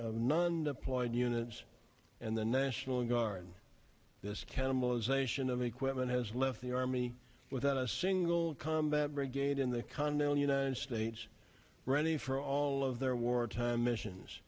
of none deployed units and the national guard this cannibalization of equipment has left the army without a single combat brigade in the continental united states ready for all of their wartime missions